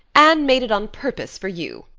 anne made it on purpose for you.